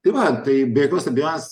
tai va tai be jokios abejonės